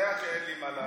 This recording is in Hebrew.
הוא יודע שאין לי מה לענות.